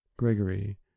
Gregory